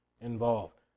involved